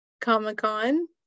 Comic-Con